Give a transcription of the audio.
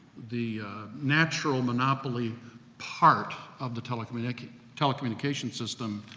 the natural monopoly part of the telecommunic telecommunication system,